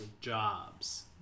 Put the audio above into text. jobs